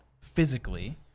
physically